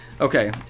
Okay